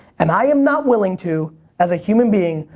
and i am not willing to as a human being,